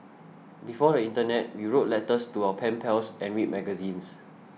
before the internet we wrote letters to our pen pals and read magazines